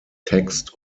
text